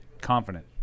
confident